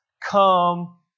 come